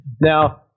Now